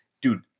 dude